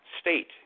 state